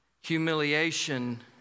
humiliation